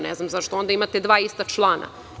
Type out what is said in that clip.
Ne znam zašto onda imate dva ista člana?